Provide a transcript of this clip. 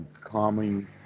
calming